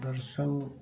दर्शन